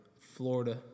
Florida